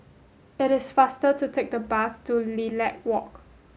it is faster to take the bus to Lilac Walk